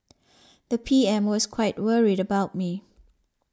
the P M was quite worried about me